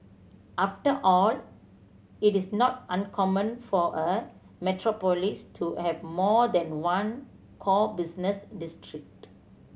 after all it is not uncommon for a metropolis to have more than one core business district